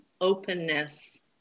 openness